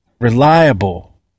reliable